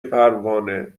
پروانه